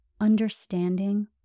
understanding